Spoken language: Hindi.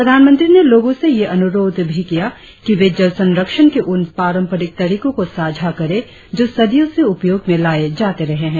प्रधानमंत्री ने लोगों से यह अनुरोध भी किया कि वे जल संरक्षण के उन पारम्परिक तरीकों को साझा करें जो सदियों से उपयोग में लाए जाते रहे हैं